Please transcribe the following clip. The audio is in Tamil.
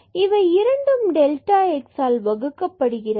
எனவே இவை இரண்டும் டெல்டா x ஆல் வகுக்கப்படுகிறது